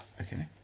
Okay